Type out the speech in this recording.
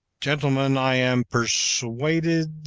gentlemen, i am persuaded,